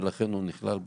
ולכן הוא נכלל בתקנות.